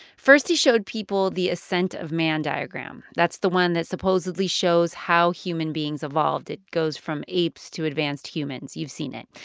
first, he showed people the ascent of man diagram that's the one that supposedly shows how human beings evolved. it goes from apes to advanced humans. you've seen it.